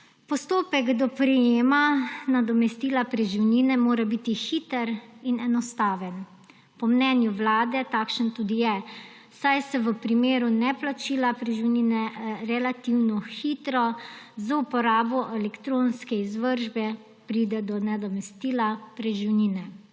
Postopek do prejema nadomestila preživnine mora biti hiter in enostaven. Po mnenju vlade takšen tudi je, saj se v primeru neplačila preživnine relativno hitro z uporabo elektronske izvršbe pride do nadomestila preživnine.